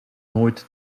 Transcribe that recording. nooit